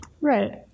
Right